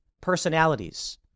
personalities